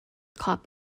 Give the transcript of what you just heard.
cop